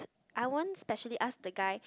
I won't specially ask the guy